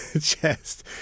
chest